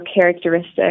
characteristic